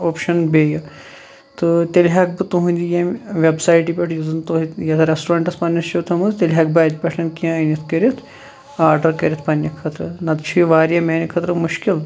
option بیٚیہِ تہِ تیٚلہِ ہیٚکہٕ تُہٕنٛدۍ یِم ویٚبسایٹہٕ پیٹھ یُس زَن تۄہہِ ریسٹورنٹَس پَننِس چھَو تھٲومٕژ تیٚلہِ ہیٚکہٕ بہٕ اَتہِ پیٚٹھِ کینٛہہ أنِتھ کٔرِتھ آرڈَر کٔرِتھ پَننہِ خٲطرٕ نہ تہٕ چھُ یہِ واریاہ میانہِ خٲطرٕ مُشکِل